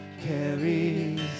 carries